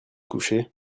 coucher